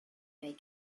may